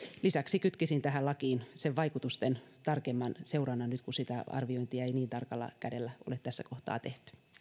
lisäksi kytkisin tähän lakiin sen vaikutusten tarkemman seurannan nyt kun sitä arviointia ei niin tarkalla kädellä ole tässä kohtaa tehty